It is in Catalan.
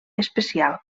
especial